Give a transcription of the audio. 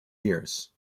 years